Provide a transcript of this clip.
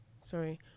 Sorry